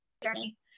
journey